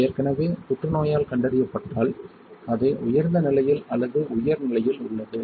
ஏற்கனவே புற்று நோயால் கண்டறியப்பட்டால் அது உயர்ந்த நிலையில் அல்லது உயர் நிலையில் உள்ளது